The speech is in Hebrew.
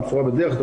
הבשורה בדרך.